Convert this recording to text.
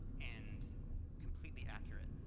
and completely accurate.